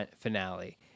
finale